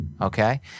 Okay